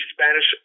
Spanish